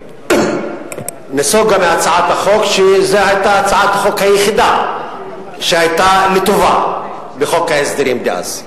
נסוגה מהצעת החוק שהיתה הצעת החוק היחידה שהיתה לטובה בחוק ההסדרים דאז.